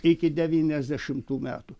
iki devyniasdešimtų metų